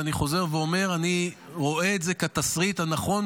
ואני חוזר ואומר: אני רואה את זה כתסריט הנכון